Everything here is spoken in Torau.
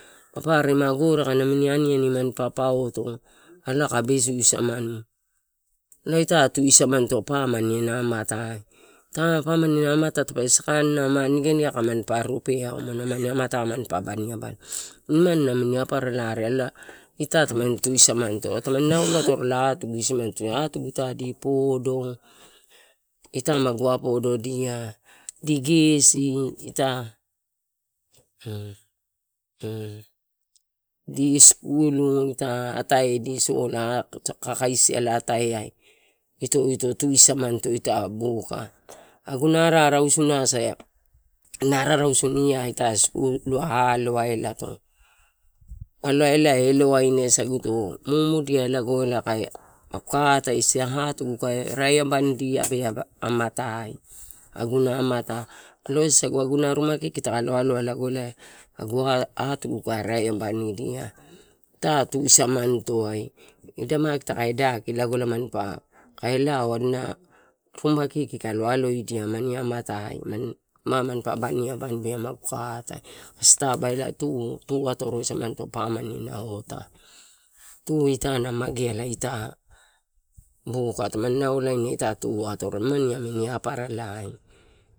Paparema gore aika amini aniani manpa pauto elae kae besu isamani. Elai ita tusamanito pamani ena amatai. Ita pamani ena amata tape sakanina ma niganigakae rupea imani aman amatai ma baniabani nimani ramini aparalai elae tamani tusamanito tamani naulo atoro eh atagu isiman. Ita di podo, ita magu apododia, digesi, ita di skul ita atae di sola kakaisila ataeai, ito, ito tusamanito ita buka aguna arara usunoisa ia eh skul waka aloaelato, elai ela eloainasaguto mumudi ai magu ka atae, atugu kae raeabanidia, bea, amatai aguna amata elae ruma kiki ta kalo aloa agu atugu kae raiabanidia. Ita tusamanitoai maia tadaka daki lago elae manpa lao. Kae loa adina ruma kiki kalo aloidia aman amatai, maguka atae kasi itaba, tu atoro samanito ita pamani ena amatai tu ita na mageala ita buka, tamani naolaina tu atoro, nimani namin aparalai.